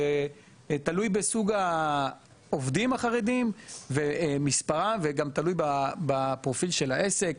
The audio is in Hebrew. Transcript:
זה תלוי בסוג העובדים החרדים ומספרם וגם תלוי בפרופיל של העסק.